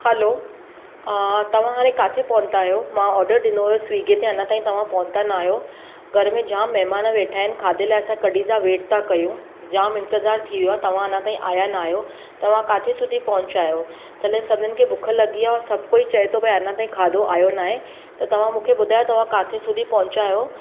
हलो तव्हां हाणे काथे पहुता आहियो मां ऑडर ॾिनो हुयो स्विगी ते अञां ताईं तव्हां पहुता ना आहियो घर में जामु महिमान वेठा आहिनि खाधे लाइ असां कढी तव्हां वेट था कयूं जामु इंतिजारु थी वियो तव्हां अञां ताईं आया नाहियो तव्हां किथे सुधी पहुचा आहियो थले सभिनि खे बुख लॻी आहे सभु कोई चए थो भई अञां ताईं खाधो आयो नाहे त तव्हां मूंखे ॿुधायो तव्हां किथे सुधी पहुचा आहियो